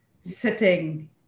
sitting